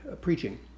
preaching